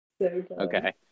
Okay